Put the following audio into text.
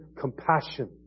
Compassion